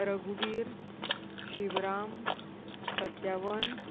रघुवीर शिवरवराम सत्यावन